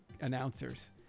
announcers